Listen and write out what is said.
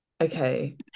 Okay